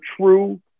true